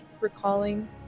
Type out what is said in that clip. recalling